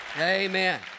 amen